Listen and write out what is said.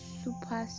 super